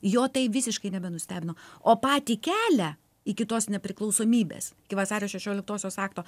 jo tai visiškai nebenustebino o patį kelią iki tos nepriklausomybės iki vasario šešioliktosios akto